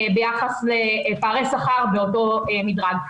ביחס לפערי שכר באותו מדרג.